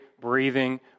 breathing